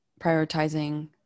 prioritizing